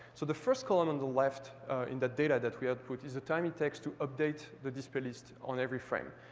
so the first column on the left in the data that we output is the time it takes to update the display list on every frame.